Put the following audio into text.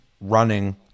running